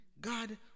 God